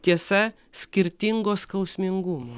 tiesa skirtingo skausmingumo